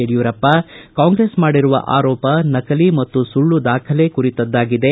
ಯಡಿಯೂರಪ್ಪ ಕಾಂಗ್ರೆಸ್ ಮಾಡಿರುವ ಆರೋಪ ನಕಲಿ ಮತ್ತು ಸುಳ್ಳು ದಾಖಲೆ ಕುರಿತದ್ದಾಗಿದೆ